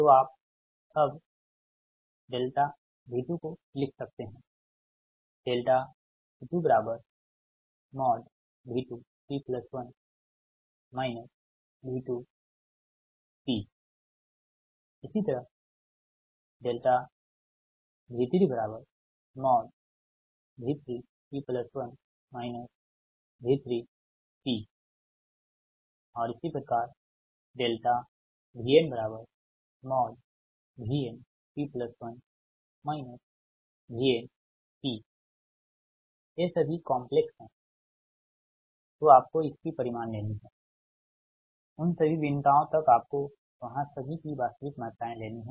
तो अब आप V2को लिख सकते हैं V2V2 P1 V2 P इसी तरह V2V2 p1 V2 p V3V3 p1 V3 p VnVn p1 Vn p ये सभी कॉम्प्लेक्स हैं तो आपको इसकी परिमाण लेनी है उन सभी भिन्नताओं तक आपको वहाँ सभी की वास्तविक मात्राएँ लेनी हैं